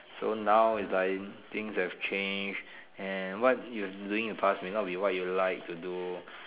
so now it's like things have changed and what you were doing in the past may not be what you like to do